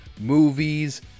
movies